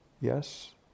Yes